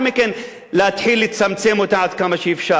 מכן להתחיל לצמצם אותה עד כמה שאפשר.